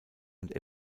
und